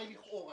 הרי לכאורה